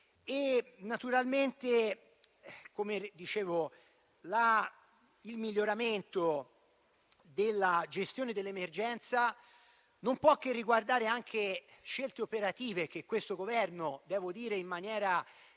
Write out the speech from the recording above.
nel passato. Come dicevo, il miglioramento della gestione dell'emergenza non può che riguardare anche scelte operative che questo Governo, in maniera